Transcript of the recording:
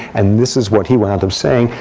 and this is what he wound up saying.